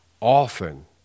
often